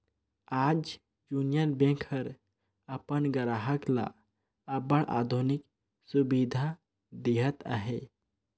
आज Union Bank हर अपन गराहक ल अब्बड़ आधुनिक सुबिधा देहत अहे